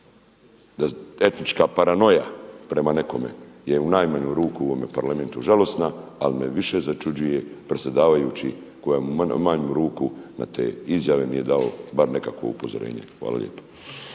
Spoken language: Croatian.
da etnička paranoja prema nekome je u najmanju ruku u ovome Parlamentu žalosna. Ali me više začuđuje predsjedavajući koji u najmanju ruku na te izjave nije dao bar nekakvo upozorenje. Hvala lijepa.